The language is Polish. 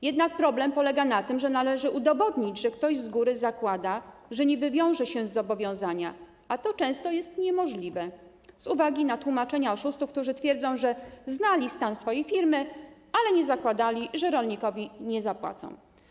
Jednak problem polega na tym, że należy udowodnić, że ktoś z góry zakłada, że nie wywiąże się z zobowiązania, a to często jest niemożliwe z uwagi na tłumaczenia oszustów, którzy twierdzą, że znali stan swojej firmy, ale nie zakładali, że rolnikowi nie zapłacą.